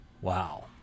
Wow